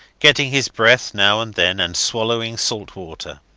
getting his breath now and then, and swallowing salt water.